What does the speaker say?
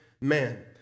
man